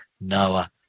Noah